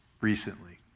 recently